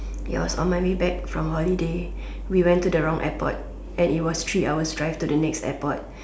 it was on my way back from holiday we went to the wrong airport and it was three hours drive to the next airport